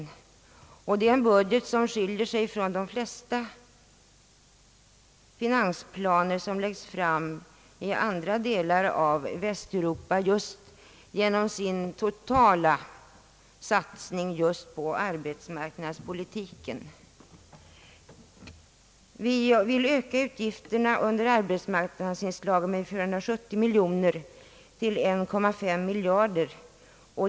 Det är en budget som skiljer sig från de flesta finansplaner som läggs fram i andra delar av Västeuropa, just genom sin totala satsning på arbetsmarknadspolitiken. Vi vill öka utgifterna under arbetsmarknadsanslaget med 470 miljoner till 1,5 miljard kronor.